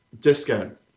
discount